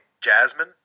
Jasmine